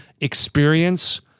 experience